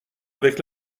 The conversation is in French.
avec